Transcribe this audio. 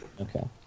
Okay